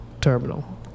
terminal